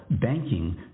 banking